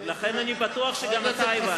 לכן אני בטוח שגם אתה הבנת את זה.